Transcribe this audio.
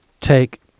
take